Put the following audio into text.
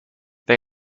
they